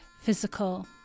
physical